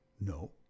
No